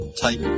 type